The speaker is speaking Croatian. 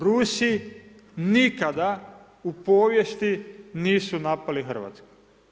Rusi nikada u povijesti nisu napali Hrvatsku.